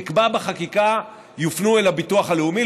נקבע בחקיקה שיופנו אל הביטוח הלאומי.